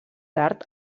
tard